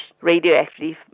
radioactive